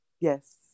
yes